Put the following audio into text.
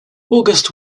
august